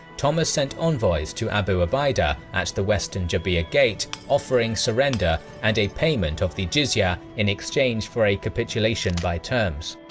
thomas sent envoys to abu ubaidah at the western jabiya gate offering surrender and a payment of jizya in exchange for a capitulation by terms.